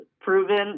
proven